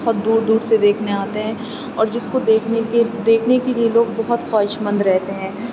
بہت دور دور سے دیکھنے آتے ہیں اور جس کو دیکھنے کے دیکھنے کے لیے لوگ بہت خواہش مند رہتے ہیں